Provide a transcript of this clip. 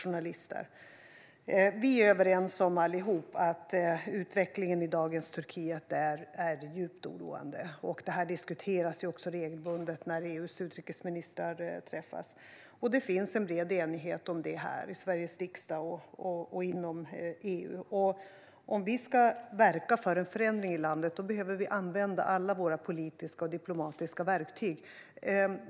Vi är alla här överens om att utvecklingen i dagens Turkiet är djupt oroande. Det här diskuteras också regelbundet när EU:s utrikesministrar träffas. Det finns en bred enighet om allt detta i Sveriges riksdag och inom EU. Om vi ska verka för en förändring i landet behöver vi använda alla politiska och diplomatiska verktyg.